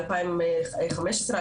מ-2015,